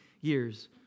years